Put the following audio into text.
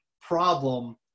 problem